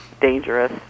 dangerous